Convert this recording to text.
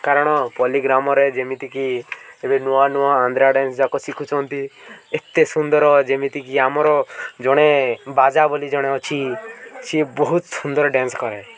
କାରଣ ପଲ୍ଲୀଗ୍ରାମରେ ଯେମିତିକି ଏବେ ନୂଆ ନୂଆ ଆନ୍ଧ୍ରା ଡ୍ୟାନ୍ସ ଯାକ ଶିଖୁଛନ୍ତି ଏତେ ସୁନ୍ଦର ଯେମିତିକି ଆମର ଜଣେ ବାଜା ବୋଲି ଜଣେ ଅଛି ସିଏ ବହୁତ ସୁନ୍ଦର ଡ୍ୟାନ୍ସ କରେ